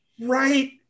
Right